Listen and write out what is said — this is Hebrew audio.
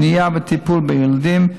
למניעה ולטיפול בילדים,